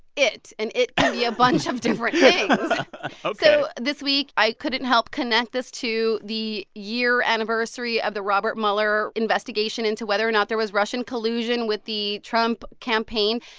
it and it can be a bunch of different things ok so, this week, i couldn't help connect this to the year anniversary of the robert mueller investigation into whether or not there was russian collusion with the trump campaign.